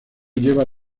lleva